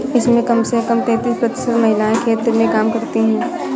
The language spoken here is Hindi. इसमें कम से कम तैंतीस प्रतिशत महिलाएं खेत में काम करती हैं